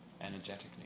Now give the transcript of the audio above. energetically